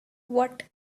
what